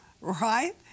right